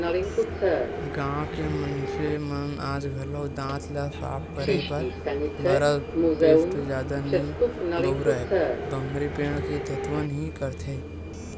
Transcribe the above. गाँव के मनसे मन आज घलोक दांत ल साफ करे बर बरस पेस्ट जादा नइ बउरय बमरी पेड़ के दतवन ही करथे